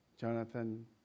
Jonathan